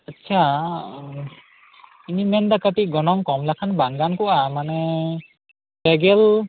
ᱟᱪᱪᱷᱟ ᱤᱧᱤᱧ ᱢᱮᱱᱮᱫᱟ ᱠᱟ ᱴᱤᱡ ᱜᱚᱱᱚᱝ ᱠᱚᱢ ᱞᱮᱠᱷᱟᱱ ᱵᱟᱝ ᱜᱟᱱᱠᱚᱜᱼᱟ ᱢᱟᱱᱮ ᱯᱮ ᱜᱮᱞ